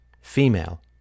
female